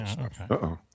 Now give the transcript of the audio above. Uh-oh